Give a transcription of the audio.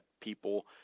people